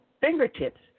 fingertips